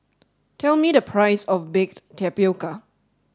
tell me the price of Baked Tapioca